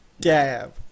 dab